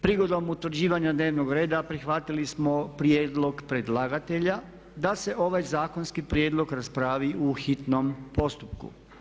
Prigodom utvrđivanja dnevnog reda prihvatili smo prijedlog predlagatelja da se ovaj zakonski prijedlog raspravi u hitnom postupku.